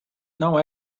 não